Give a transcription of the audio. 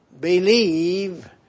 believe